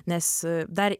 nes dar